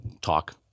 talk